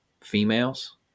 females